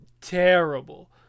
terrible